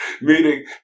meaning